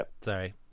Sorry